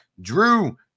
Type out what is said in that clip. drew